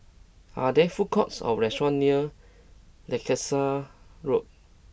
are there food courts or restaurants near Leicester Road